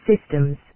systems